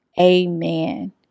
Amen